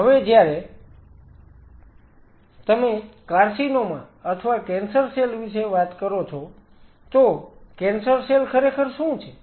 હવે જ્યારે તમે કાર્સિનોમા અથવા કેન્સર સેલ વિશે વાત કરો છો તો કેન્સર સેલ ખરેખર શું છે